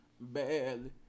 bad